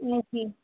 जी